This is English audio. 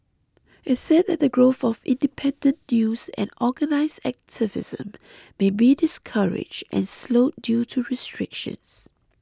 it said that the growth of independent news and organised activism may be discouraged and slowed due to restrictions